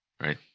Right